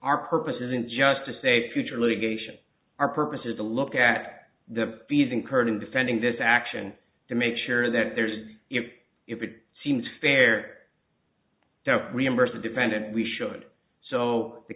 our purpose isn't just to say future litigation our purpose is to look at the fees incurred in defending this action to make sure that there is if if it seems fair reimburse the defendant we should so the